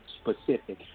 specific